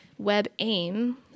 WebAIM